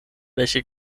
welche